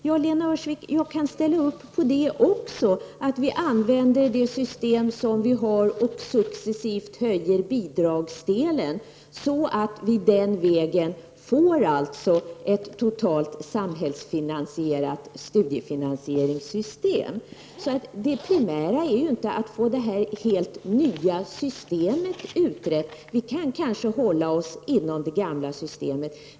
Jag kan också ställa mig bakom att vi använder det system som vi har och successivt höjer bidragsdelen för att vi den vägen skall få ett totalt samhällsfinansierat studiefinansieringssystem. Det primära är ju inte att få det helt nya systemet utrett. Vi kan kanske hålla oss inom det gamla systemet.